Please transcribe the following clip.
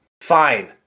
Fine